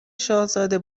شاهزاده